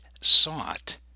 sought